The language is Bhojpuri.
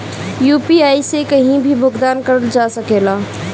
यू.पी.आई से कहीं भी भुगतान कर जा सकेला?